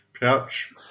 Pouch